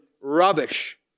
rubbish